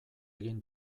egin